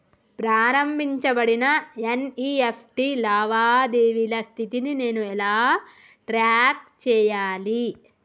ప్రారంభించబడిన ఎన్.ఇ.ఎఫ్.టి లావాదేవీల స్థితిని నేను ఎలా ట్రాక్ చేయాలి?